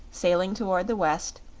sailing toward the west,